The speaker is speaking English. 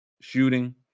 shooting